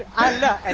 and